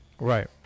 Right